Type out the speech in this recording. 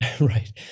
Right